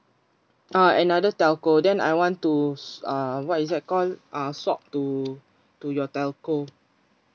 ah another telco then I want to sw~ uh what is that call uh swap to to your telco